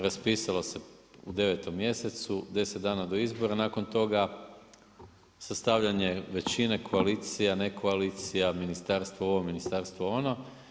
Raspisalo se u 9. mjesecu, 10 dana do izbora, nakon toga, sastavljanje većine, koalicija, nekoalicija, ministarstvo ovo, ministarstvo ono.